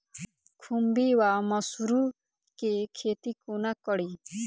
खुम्भी वा मसरू केँ खेती कोना कड़ी?